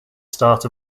start